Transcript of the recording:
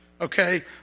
okay